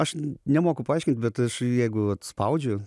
aš nemoku paaiškint bet aš jeigu vat spaudžiu